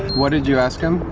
what did you ask him?